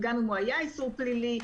וגם לו היה איסור פלילי,